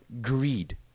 greed